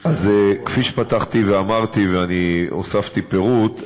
אז כפי שפתחתי ואמרתי והוספתי פירוט,